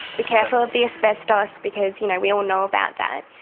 be careful of the asbestos, because you know we all know about that,